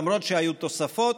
למרות שהיו תוספות,